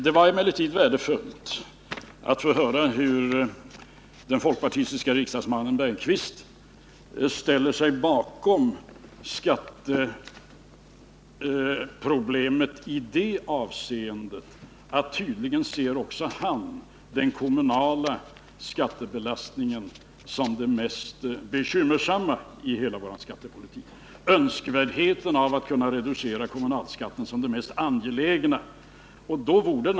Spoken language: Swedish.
Det var emellertid värdefullt att få höra att även den folkpartistiske riksdagsmannen Holger Bergqvist tydligen hör till dem som ser den kommunala skattebelastningen som det mest bekymmersamma i hela vår skattepolitik och bedömer en reduktion av kommunalskatten som det mest angelägna.